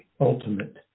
ultimate